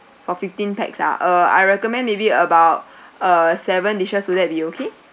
for fifteen pax ah uh I recommend maybe about uh seven dishes will that be okay